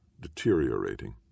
deteriorating